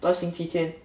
I thought 星期天